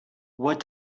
what